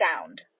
sound